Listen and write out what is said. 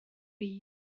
byd